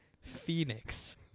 Phoenix